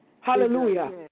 Hallelujah